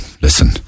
listen